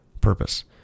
purpose